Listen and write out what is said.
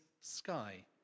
sky